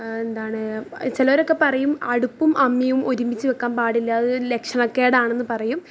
എന്താണ് ചിലവരൊക്കെ പറയും അടുപ്പും അമ്മിയും ഒരുമിച്ച് വയ്ക്കാൻ പാടില്ല അത് ലക്ഷണക്കേടാണെന്ന് പറയും